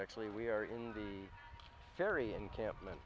actually we are in the very encampment